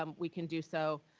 um we can do so.